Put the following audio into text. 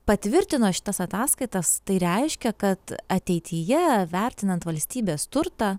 patvirtino šitas ataskaitas tai reiškia kad ateityje vertinant valstybės turtą